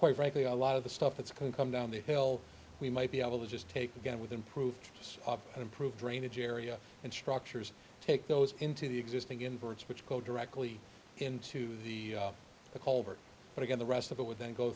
quite frankly a lot of the stuff that's going to come down the hill we might be able to just take again with improved and improved drainage area and structures take those into the existing inverts which go directly into the culvert but again the rest of it would then go